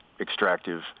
extractive